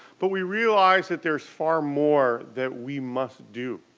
but we realize that there's far more that we must do,